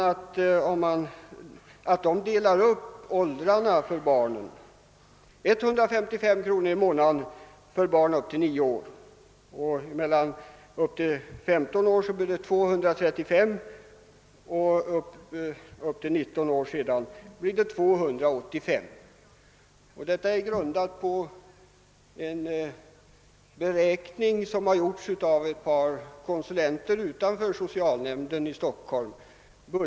Där delas barnen upp i olika åldrar: 155 kr. i månaden för barn upp till 9 år, 235 kr. därifrån och upp till 15 år och 285 kr. mellan 16 och 19 år. Denna skala är grundad på budgetberäkningar som har gjorts av ett par konsulenter utanför socialnämnden i Stockholm.